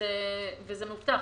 וזה מאובטח.